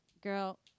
girl